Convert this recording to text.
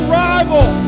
rival